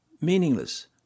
meaningless